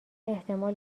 احتمال